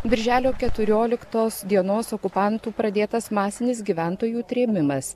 birželio keturioliktos dienos okupantų pradėtas masinis gyventojų trėmimas